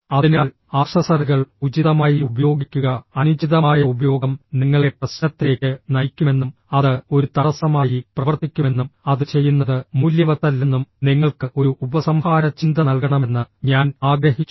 അതിനാൽ ആക്സസറികൾ ഉചിതമായി ഉപയോഗിക്കുക അനുചിതമായ ഉപയോഗം നിങ്ങളെ പ്രശ്നത്തിലേക്ക് നയിക്കുമെന്നും അത് ഒരു തടസ്സമായി പ്രവർത്തിക്കുമെന്നും അത് ചെയ്യുന്നത് മൂല്യവത്തല്ലെന്നും നിങ്ങൾക്ക് ഒരു ഉപസംഹാര ചിന്ത നൽകണമെന്ന് ഞാൻ ആഗ്രഹിച്ചു